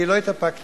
אני לא התאפקתי,